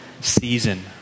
season